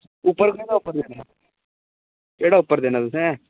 उप्पर दिक्ख उप्पर केह्डा उप्पर देना तुसें